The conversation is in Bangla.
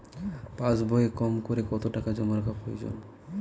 পাশবইয়ে কমকরে কত টাকা জমা রাখা প্রয়োজন?